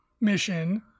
mission